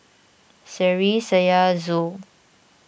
Seri Syah Zul